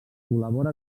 col·labora